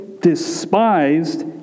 despised